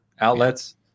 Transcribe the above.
outlets